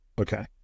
Okay